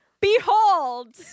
behold